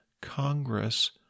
congress